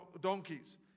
donkeys